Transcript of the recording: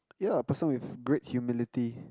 yeah person with great humility